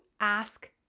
ask